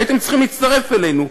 הייתם צריכים להצטרף אלינו.